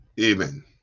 Amen